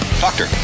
Doctor